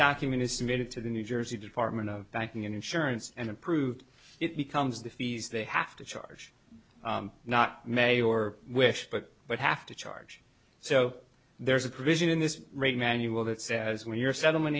document is submitted to the new jersey department of banking and insurance and approved it becomes the fees they have to charge not may or wish but but have to charge so there's a provision in this rate manual that says when your settlement